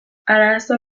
arazo